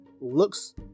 looks